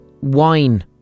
Wine